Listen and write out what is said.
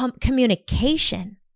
communication